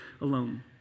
alone